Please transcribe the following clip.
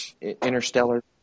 Interstellar